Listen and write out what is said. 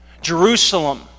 Jerusalem